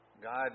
God